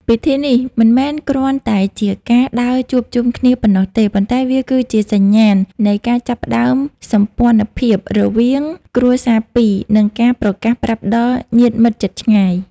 ពិធីនេះមិនមែនគ្រាន់តែជាការដើរជួបជុំគ្នាប៉ុណ្ណោះទេ ប៉ុន្តែវាគឺជាសញ្ញាណនៃការចាប់ផ្តើមសម្ពន្ធភាពរវាងគ្រួសារពីរ និងការប្រកាសប្រាប់ដល់ញាតិមិត្តជិតឆ្ងាយ